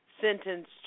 sentenced